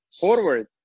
forward